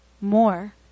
more